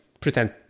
pretend